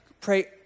pray